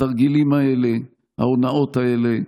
התרגילים האלה, ההונאות האלה,